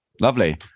Lovely